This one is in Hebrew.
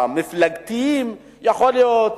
המפלגתיים, ויכול להיות